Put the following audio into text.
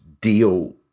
deal